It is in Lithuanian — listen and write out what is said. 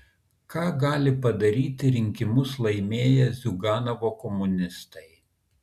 ką gali padaryti rinkimus laimėję ziuganovo komunistai